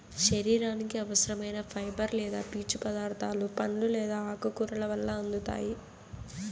శరీరానికి అవసరం ఐన ఫైబర్ లేదా పీచు పదార్థాలు పండ్లు లేదా ఆకుకూరల వల్ల అందుతాయి